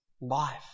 life